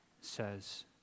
says